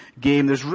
game